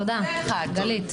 תודה, גלית.